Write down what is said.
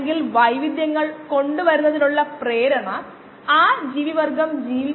എന്താണ് പ്രോബ്ലം കണ്ടെത്താൻ നമ്മൾ ആഗ്രഹിക്കുന്നത്